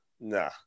Nah